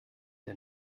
der